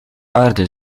aarde